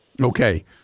Okay